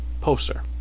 poster